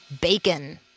Bacon